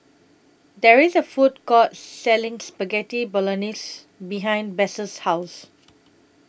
There IS A Food Court Selling Spaghetti Bolognese behind Bess' House